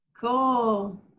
Cool